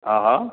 હા હા